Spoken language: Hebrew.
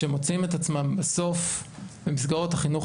שמוציאים את עצמם בסוף למסגרות החינוך